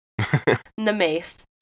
Namaste